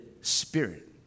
spirit